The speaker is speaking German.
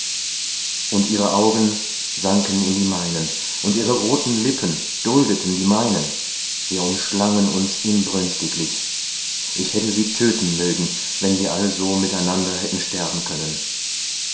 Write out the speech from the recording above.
und ihre augen sanken in die meinen und ihre rothen lippen duldeten die meinen wir umschlangen uns inbrünstiglich ich hätte sie tödten mögen wenn wir also mit einander hätten sterben können